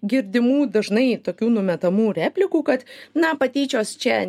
girdimų dažnai tokių numetamų replikų kad na patyčios čia